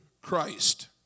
Christ